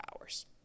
hours